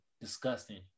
disgusting